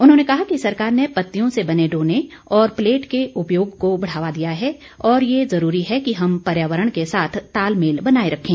उन्होंने कहा कि सरकार ने पतियों से बने डोने और प्लेट के उपयोग को बढ़ावा दिया है और ये जरूरी है कि हम पर्यावरण के साथ तालमेल बनाए रखें